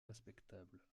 respectable